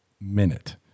minute